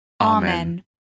Amen